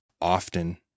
often